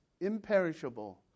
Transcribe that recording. imperishable